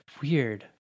Weird